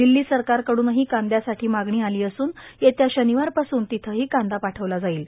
दिल्ली सरकारकड्रनही कांदयासाठी मागणी आली असून येत्या शनिवारपासून तिथंही कांदा पाठवला जाईल